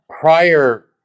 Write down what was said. Prior